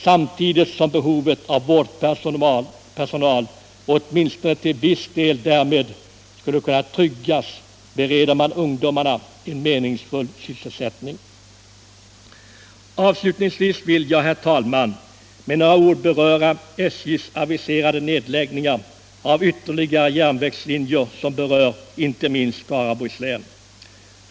Samtidigt som behovet av vårdpersonal åtminstone till viss del därmed skulle kunna tryggas bereder man ungdomar en meningsfull sysselsättning. Avslutningsvis vill jag, herr talman, med några ord beröra SJ:s aviserade nedläggningar av ytterligare järnvägslinjer som berör inte minst Skaraborgs län.